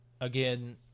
Again